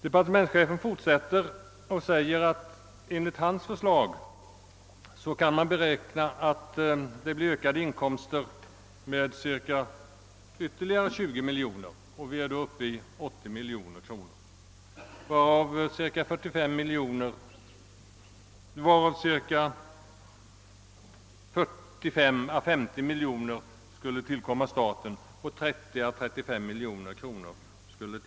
Departementschefen framhåller fortsättningsvis, att man enligt hans förslag kan beräkna att det blir en inkomstökning med ytterligare cirka 20 miljoner kronor och vi är då uppe i 80 miljoner, varav 45—50 miljoner kronor skulle tillkomma staten och 30—35 miljoner kronor kommunerna.